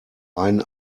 ein